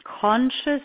conscious